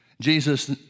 Jesus